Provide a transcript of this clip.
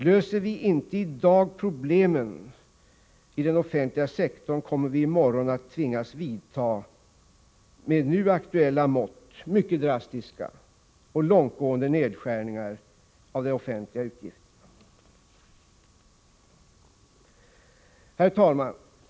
Löser vi inte i dag problemen i den offentliga sektorn kommer vi i morgon att tvingas vidta, med nu aktuella mått, mycket drastiska och långtgående nedskärningar av de offentliga utgifterna. politiken på medellång sikt Herr talman!